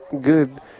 good